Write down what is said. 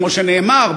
כמו שנאמר,